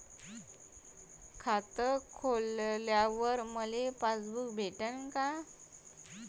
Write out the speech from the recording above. खातं खोलल्यावर मले पासबुक भेटन का?